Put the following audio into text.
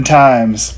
times